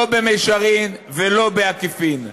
לא במישרין ולא בעקיפין.